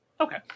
Okay